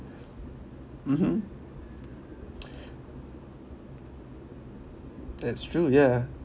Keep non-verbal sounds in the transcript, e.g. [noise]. mmhmm [noise] that's true yeah